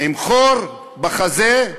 עם חור בחזה,